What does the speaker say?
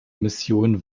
mission